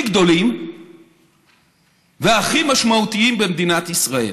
גדולים והכי משמעותיים במדינת ישראל,